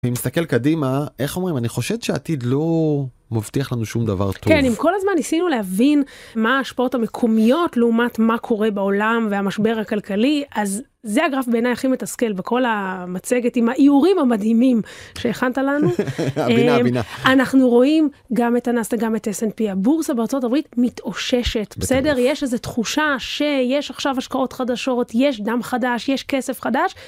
אם נסתכל קדימה, איך אומרים, אני חושד שהעתיד לא מבטיח לנו שום דבר טוב. כן, אם כל הזמן ניסינו להבין מה ההשפעות המקומיות לעומת מה קורה בעולם והמשבר הכלכלי, אז זה הגרף בעיניי הכי מתסכל בכל המצגת עם האיורים המדהימים שהכנת לנו. הבינה, הבינה. אנחנו רואים גם את הנאסדק, גם את S&P, הבורסה בארה״ב מתאוששת, בסדר? יש איזב תחושה שיש עכשיו השקעות חדשות, יש דם חדש, יש כסף חדש..